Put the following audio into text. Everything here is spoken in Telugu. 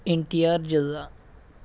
ఎన్టిఆర్ జిల్లా